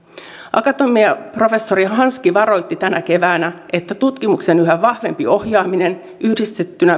akatemiaprofessori hanski varoitti tänä keväänä että tutkimuksen yhä vahvempi ohjaaminen yhdistettynä